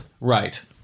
Right